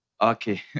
Okay